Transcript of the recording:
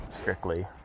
strictly